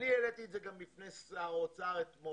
אני העליתי את זה גם בפני שר האוצר אתמול